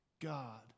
God